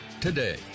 today